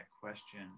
question